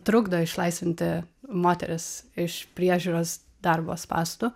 trukdo išlaisvinti moteris iš priežiūros darbo spąstų